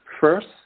First